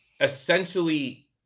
essentially